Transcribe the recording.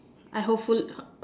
I hopeful